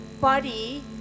body